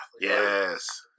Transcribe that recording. Yes